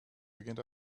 beginnt